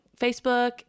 Facebook